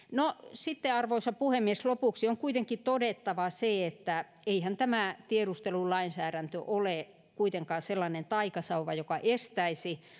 sitten arvoisa puhemies lopuksi on kuitenkin todettava se että eihän tämä tiedustelulainsäädäntö ole kuitenkaan sellainen taikasauva joka estäisi